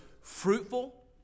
fruitful